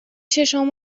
چشمام